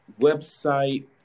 website